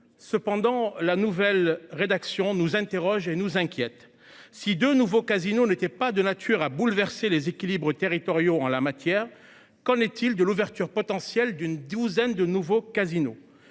cependant la nouvelle rédaction nous interroge et nous inquiète si de nouveau casino n'étaient pas de nature à bouleverser les équilibres territoriaux en la matière. Qu'en est-il de l'ouverture potentielle d'une douzaine de nouveau casino.